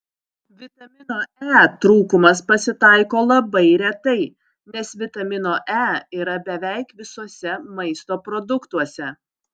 vitamino e trūkumas pasitaiko labai retai nes vitamino e yra beveik visuose maisto produktuose